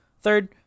third